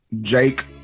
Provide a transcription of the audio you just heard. Jake